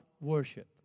worship